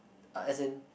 uh as in